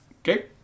Okay